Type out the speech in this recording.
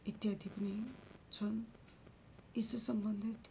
इत्यादि पनि छन् यसै सम्बन्धित